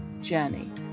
Journey